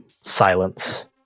silence